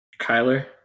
Kyler